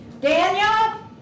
Daniel